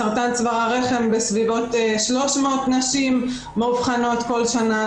בסרטן צוואר הרחם בסביבות 300 נשים מאובחנות כל שנה,